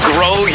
Grow